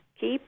keep